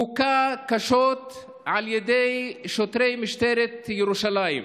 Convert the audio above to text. הוכה קשות על ידי שוטרי משטרת ירושלים.